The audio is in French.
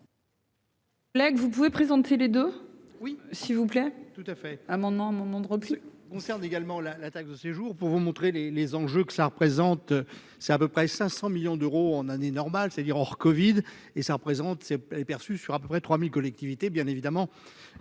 Lech, vous pouvez présenter les deux oui s'il vous plaît, tout à fait, nom mon nom de repli. Concerne également la la taxe de séjour pour vous montrer les les enjeux que cela représente, c'est à peu près 500 millions d'euros en année normale, c'est-à-dire hors Covid et ça représente c'est est perçu sur à peu près 3000 collectivités bien évidemment